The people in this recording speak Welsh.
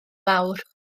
mawr